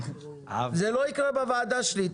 זה לא יקרה בוועדה שלי.